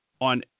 on